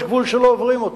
יש גבול שלא עוברים אותו.